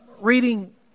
reading